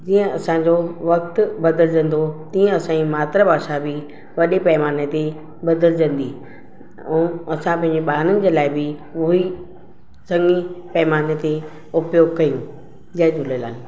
जीअं असां जो वक़्तु बदिलजंदो तीअं असांजी मातृभाषा बि वॾे पैमाने ते बदिलजंदी ऐं असां पंहिंजे ॿारनि जे लाइ बि उहो ई चङी पैमाने ते उपयोग कयूं जय झूलेलाल